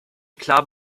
klar